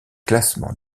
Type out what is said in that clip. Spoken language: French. classements